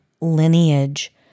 lineage